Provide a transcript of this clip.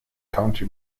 county